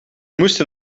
moesten